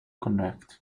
connect